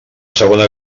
segona